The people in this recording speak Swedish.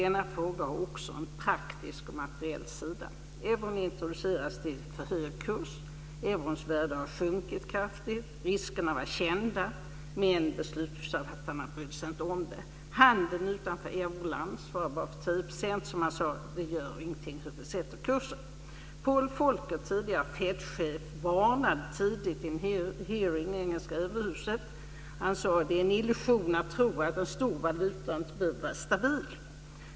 Denna fråga har också en praktisk och materiell sida. Euron introducerades till för hög kurs. Eurons värde har sjunkit kraftigt. Riskerna var kända, men beslutsfattarna brydde sig inte om det. Handeln utanför Euroland svarar bara för 10 %, så man sade: Det gör ingenting hur vi sätter kursen. Paul Volcker, tidigare Fedchef, varnade tidigt i en hearing i det engelska överhuset. Han sade att det är en illusion att tro att en stor valuta inte behöver vara stabil.